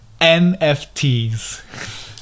NFTs